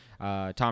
Tom